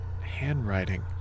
handwriting